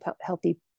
healthy